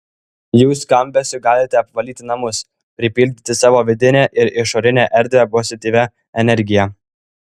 jų skambesiu galite apvalyti namus pripildyti savo vidinę ir išorinę erdvę pozityvia energija